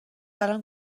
الان